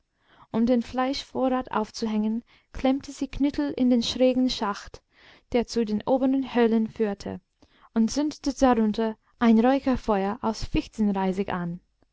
um den fleischvorrat aufzuhängen klemmte sie knüttel in den schrägen schacht der zu den oberen höhlen führte und zündete darunter ein räucherfeuer aus fichtenreisig an